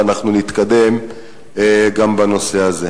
ואנחנו נתקדם גם בנושא הזה.